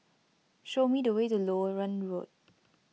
show me the way to Loewen Road